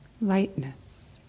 lightness